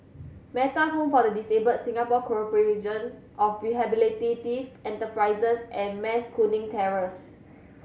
Metta Home for the Disabled Singapore Corporation of Rehabilitative Enterprises and Mas Kuning Terrace